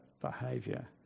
behavior